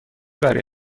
برای